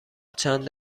چند